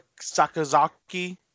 Sakazaki